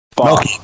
Fuck